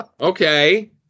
okay